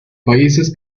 países